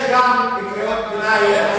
יש גם קריאות ביניים,